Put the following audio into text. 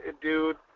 dude